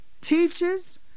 teaches